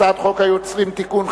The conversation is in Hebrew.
הצעת חוק זכות יוצרים (תיקון,